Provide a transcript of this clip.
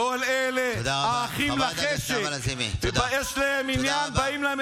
כל אלה, האחים לחשק: אם יש להם עניין, באים,